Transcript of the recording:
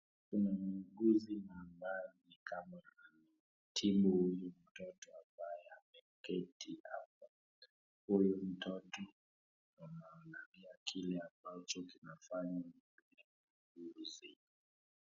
Kuna muuguzi ambaye ni kama anamtibu huyu mtoto ambaye ameketi hapa, huyu mtoto anamwambia kile ambacho kinafanya muuguzi.